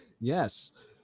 Yes